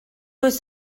oes